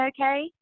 okay